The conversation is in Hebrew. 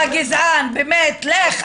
באמת, לך.